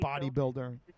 bodybuilder